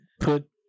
put